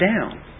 down